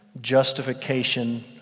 justification